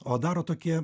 o daro tokie